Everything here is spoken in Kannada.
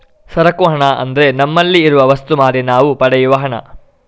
ಸರಕು ಹಣ ಅಂದ್ರೆ ನಮ್ಮಲ್ಲಿ ಇರುವ ವಸ್ತು ಮಾರಿ ನಾವು ಪಡೆಯುವ ಹಣ